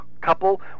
couple